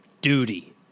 duty